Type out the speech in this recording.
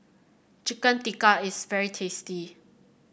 Chicken Tikka is very tasty